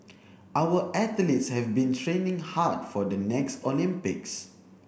our athletes have been training hard for the next Olympics